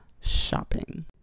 shopping